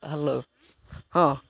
hello ହଁ